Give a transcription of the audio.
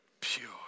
Pure